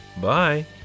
Bye